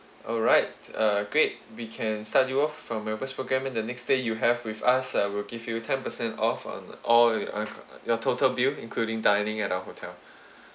alright uh great we can start you off for members programme in the next stay you have with us uh we'll give you ten percent off on all your uh uh your total bill including dining at our hotel